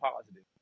positive